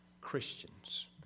Christians